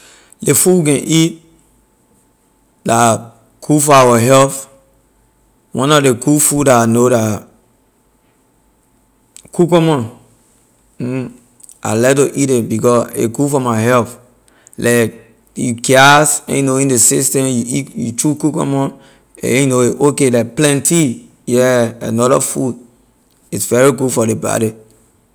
Ley food we can eat la good for our health one of ley good food la I know la cucumber I like to eat ley because a good for my health like you gas you know in ley system you eat you chew cucumber you know a okay like plantain yeah another food it’s very good food ley body.